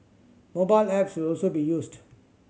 mobile apps will also be used